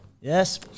Yes